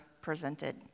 presented